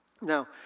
Now